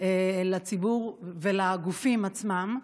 לציבור ולגופים עצמם,